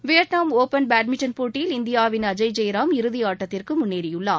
Vietnam open badminton போட்டியில் இந்தியாவின் அஜய் தெற்றய்ராம் இறுதியாட்டத்திற்கு முன்னேறியுள்ளார்